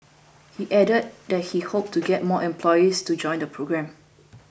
he added that he hoped to get more employees to join the programme